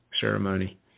ceremony